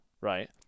right